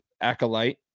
Acolyte